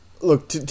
Look